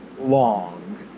long